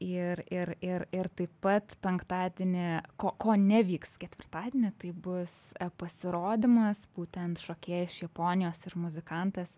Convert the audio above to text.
ir ir ir ir taip pat penktadienį ko nevyks ketvirtadienį tai bus pasirodymas būtent šokėja iš japonijos ir muzikantas